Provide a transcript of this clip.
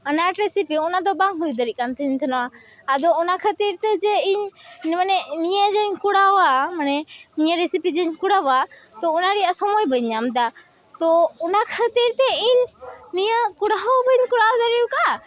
ᱟᱱᱟᱴ ᱨᱮᱥᱤᱯᱤ ᱚᱱᱟᱫᱚ ᱵᱟᱝ ᱦᱩᱭ ᱫᱟᱲᱮᱜᱠᱟᱱ ᱛᱤᱧ ᱛᱮᱦᱮᱱᱚᱜᱼᱟ ᱟᱫᱚ ᱚᱱᱟ ᱠᱷᱟᱹᱛᱤᱨᱛᱮ ᱡᱮ ᱤᱧ ᱢᱟᱱᱮ ᱱᱤᱭᱟᱹᱡᱮᱧ ᱠᱚᱨᱟᱣᱟ ᱢᱟᱱᱮ ᱱᱤᱭᱟᱹ ᱨᱮᱥᱤᱯᱤ ᱡᱮᱧ ᱠᱚᱨᱟᱣᱟ ᱛᱳ ᱚᱱᱟ ᱨᱮᱭᱟᱜ ᱥᱚᱢᱚᱭ ᱵᱟᱹᱧ ᱧᱟᱢᱮᱫᱟ ᱛᱳ ᱚᱱᱟ ᱠᱷᱟᱹᱛᱤᱨᱛᱮ ᱤᱧ ᱱᱤᱭᱟᱹ ᱠᱚᱨᱟᱣᱦᱚᱸ ᱵᱟᱹᱧ ᱠᱚᱨᱟᱣ ᱫᱟᱲᱮᱭᱟᱠᱟᱫᱼᱟ